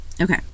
Okay